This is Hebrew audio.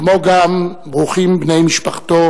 כמו גם ברוכים בני משפחתו,